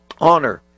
honor